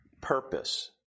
purpose